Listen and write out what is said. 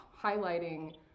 highlighting